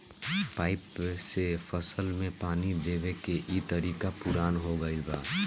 pipe से फसल में पानी देवे के इ तरीका पुरान हो गईल बा